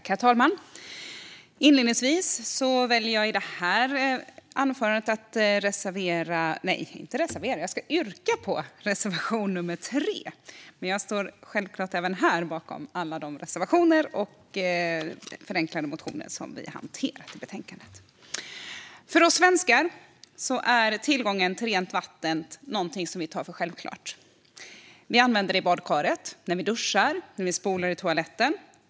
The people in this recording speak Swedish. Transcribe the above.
Herr talman! Inledningsvis yrkar jag i det här anförandet på reservation nr 3. Jag står självklart även här bakom alla våra reservationer och motioner som behandlas förenklat i betänkandet. För oss svenskar är tillgången till rent vatten någonting vi tar för självklart. Vi använder det i badkaret, när vi duschar och när vi spolar i toaletten.